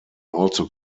also